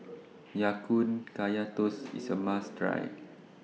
Ya Kun Kaya Toast IS A must Try